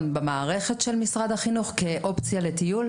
במערכת של משרד החינוך כאופציה לטיול?